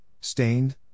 stained